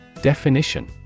Definition